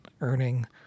earning